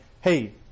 hey